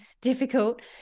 difficult